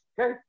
Okay